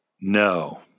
No